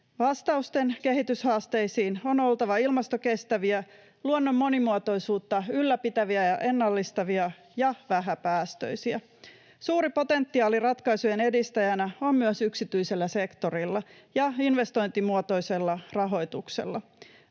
Vastausten kehityshaasteisiin on oltava ilmastokestäviä, luonnon monimuotoisuutta ylläpitäviä ja ennallistavia ja vähäpäästöisiä. Suuri potentiaali ratkaisujen edistäjänä on myös yksityisellä sektorilla ja investointimuotoisella rahoituksella.